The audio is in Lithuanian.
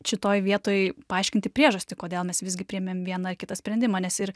šitoj vietoj paaiškinti priežastį kodėl mes visgi priėmėm vieną ar kitą sprendimą nes ir